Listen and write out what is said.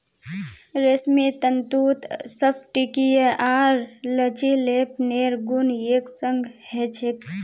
रेशमी तंतुत स्फटिकीय आर लचीलेपनेर गुण एक संग ह छेक